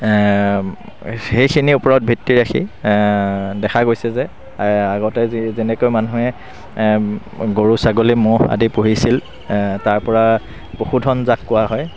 সেইখিনি ওপৰত ভিত্তি ৰাখি দেখা গৈছে যে আগতে যি যেনেকৈ মানুহে গৰু ছাগলী ম'হ আদি পুহিছিল তাৰ পৰা পশুধন যাক কোৱা হয়